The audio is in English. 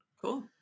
Cool